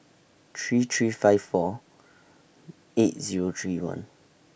three three five four eight Zero three one